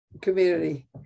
community